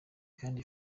kandi